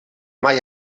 mai